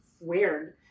weird